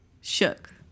shook